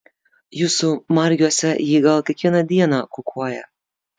jūsų margiuose ji gal kiekvieną dieną kukuoja